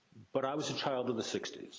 but i was a child of the sixty s.